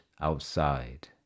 outside